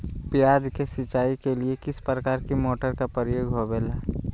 प्याज के सिंचाई के लिए किस प्रकार के मोटर का प्रयोग होवेला?